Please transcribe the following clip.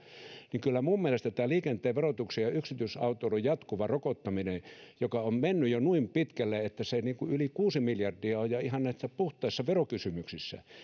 kyllä minun mielestäni tämä liikenteen verotuksen ja yksityisautoilun jatkuva rokottaminen joka on mennyt jo noin pitkälle että se yli kuusi miljardia on jo ihan näissä puhtaissa verokysymyksissä